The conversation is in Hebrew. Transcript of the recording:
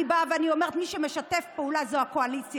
אני באה ואני אומרת: מי שמשתף פעולה זה הקואליציה.